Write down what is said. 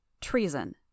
Treason